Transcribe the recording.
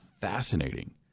fascinating